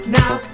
now